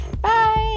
Bye